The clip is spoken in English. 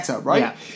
right